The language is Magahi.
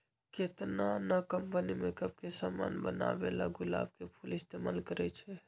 केतना न कंपनी मेकप के समान बनावेला गुलाब के फूल इस्तेमाल करई छई